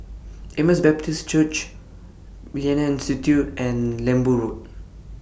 Emmaus Baptist Church Millennia Institute and Lembu Road